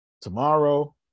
tomorrow